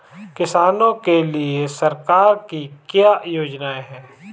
किसानों के लिए सरकार की क्या योजनाएं हैं?